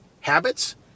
habits